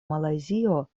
malajzio